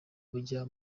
bajya